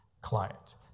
client